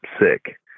sick